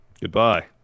Goodbye